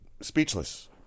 speechless